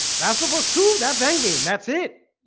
that's supposed to that's hanging that's it